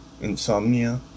insomnia